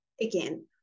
again